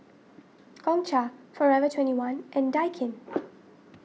Gongcha forever twenty one and Daikin